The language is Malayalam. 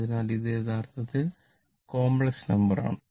അതിനാൽ ഇത് യഥാർത്ഥത്തിൽ കോംപ്ലക്സ് നമ്പർ ആണ്